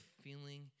feeling